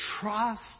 trust